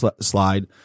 slide